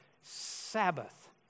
Sabbath